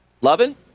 Loving